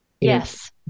Yes